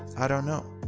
i don't know.